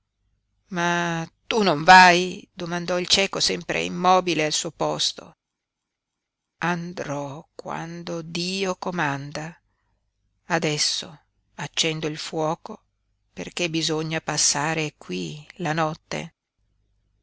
ma tu non vai domandò il cieco sempre immobile al suo posto andrò quando dio comanda adesso accendo il fuoco perché bisogna passare qui la notte